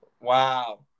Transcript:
Wow